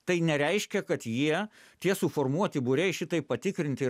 tai nereiškia kad jie tie suformuoti būriai šitaip patikrinti ir